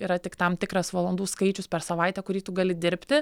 yra tik tam tikras valandų skaičius per savaitę kurį tu gali dirbti